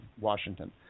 Washington